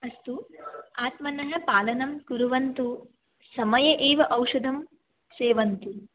अस्तु आत्मनः पालनं कुर्वन्तु समये एव औषधं सेवन्तु